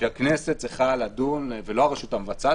הכנסת צריכה לדון ולא הרשות המבצעת,